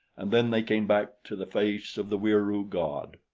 and then they came back to the face of the wieroo god,